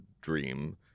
dream